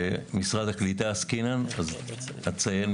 אנחנו עוסקים במשרד הקליטה.